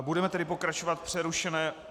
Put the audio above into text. Budeme tedy pokračovat v přerušené...